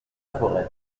forêt